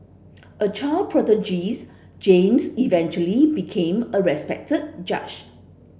a child prodigy James eventually became a respected judge